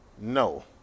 No